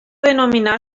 denominar